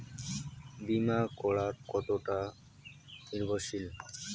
বীমা করা কতোটা নির্ভরশীল?